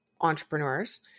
entrepreneurs